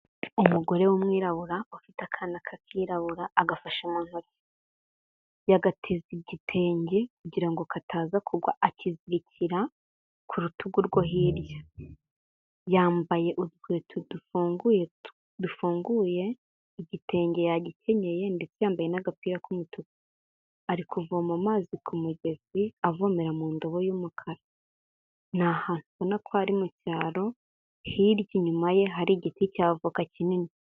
Umugore w'mwirabura ufite akana k'irabura, agafashe mu ntoki, yagateze igitenge kugira ngo kataza kugwa, akizirikira ku rutugu rwo hirya. Yambaye udukweto dufunguye, igitenge yagikenyeye, ndetse yambaye n'agapira k'umutuku. Ari kuvoma amazi ku mugezi avomera mu ndobo y'umukara. Ni ahantu ubona ko ari mu cyaro, hirya inyuma ye hari igiti cya avoka kinini.